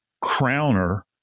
crowner